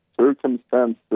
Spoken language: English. Circumstances